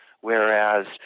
Whereas